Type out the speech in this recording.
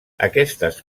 aquestes